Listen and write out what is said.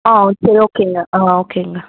ஆ சரி ஓகேங்க ஆ ஓகேங்க